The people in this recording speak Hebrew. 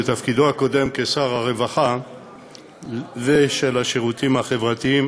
בתפקידו הקודם כשר הרווחה והשירותים החברתיים,